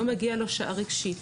לא מגיעה לו שעה רגשית,